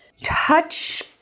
touch